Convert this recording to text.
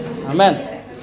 Amen